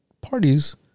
parties